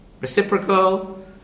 reciprocal